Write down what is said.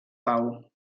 pau